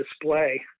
display